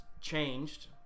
changed